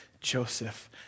Joseph